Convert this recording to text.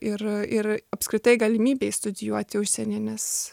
ir ir apskritai galimybei studijuoti užsieny nes